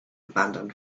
abandon